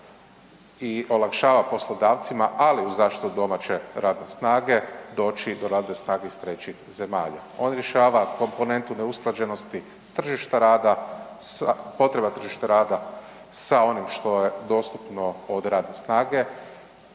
i olakšava poslodavcima, ali uz zaštitu domaće radne snage, doći do radne snage iz trećih zemalja. On rješava komponentu neusklađenosti tržišta rada sa, potreba tržišta rada sa onim što je dostupno od radne snage.